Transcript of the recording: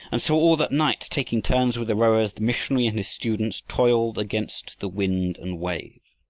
and so all that night, taking turns with the rowers, the missionary and his students toiled against the wind and wave.